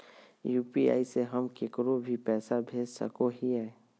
UPI से हम केकरो भी पैसा भेज सको हियै?